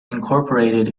incorporated